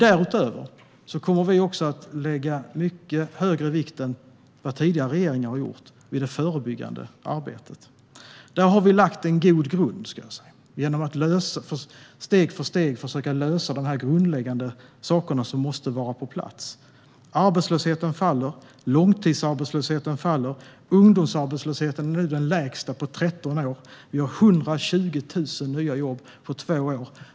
Därutöver kommer vi också att lägga mycket större vikt än vad tidigare regeringar har gjort vid det förebyggande arbetet. Där har vi lagt en god grund genom att steg för steg försöka lösa de grundläggande saker som måste vara på plats. Arbetslösheten faller och långtidsarbetslösheten faller. Ungdomsarbetslösheten är nu den lägsta på 13 år. Vi har 120 000 nya jobb på två år.